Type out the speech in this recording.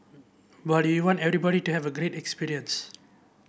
but we want everybody to have a great experience